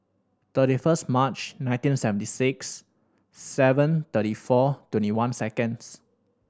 thirty first March nineteen seventy six seven thirty four twenty one seconds